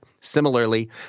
Similarly